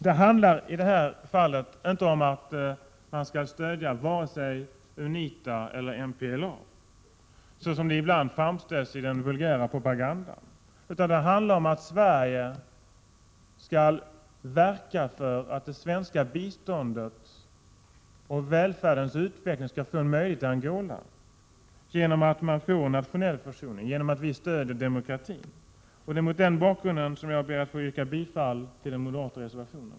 Det handlar i detta fall inte om att vi skall stödja vare sig UNITA eller MPLA, såsom det ibland framställs i den vulgära propagandan. Det handlar om att Sverige skall verka för att det svenska biståndet och välfärdens utveckling skall få en möjlighet i Angola, genom att de får en nationell försörjning, genom att vi stödjer demokratin. Det är mot den bakgrunden som jag ber att få yrka bifall till den moderata reservationen.